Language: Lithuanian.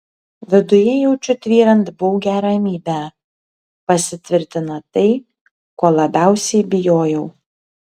viduje jaučiu tvyrant baugią ramybę pasitvirtina tai ko labiausiai bijojau